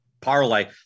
parlay